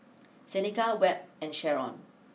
Seneca Webb and Sherron